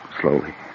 slowly